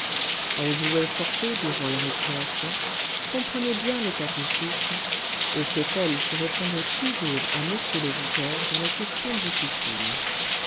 elle jouait fort peu durant les récréations comprenait bien le catéchisme et c'est elle qui répondait toujours à m le vicaire dans les questions difficiles